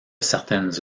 certaines